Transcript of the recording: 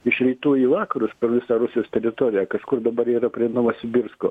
iš rytų į vakarus per visą rusijos teritoriją kažkur dabar yra prie novosibirsko